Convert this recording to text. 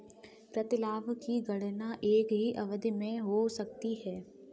प्रतिलाभ की गणना एक ही अवधि में हो सकती है